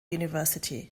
university